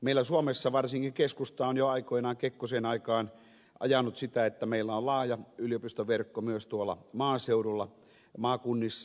meillä suomessa varsinkin keskusta on jo aikoinaan kekkosen aikaan ajanut sitä että meillä on laaja yliopistoverkko myös maaseudulla ja maakunnissa